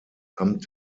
amt